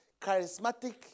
charismatic